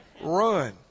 Run